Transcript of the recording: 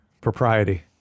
propriety